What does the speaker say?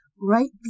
right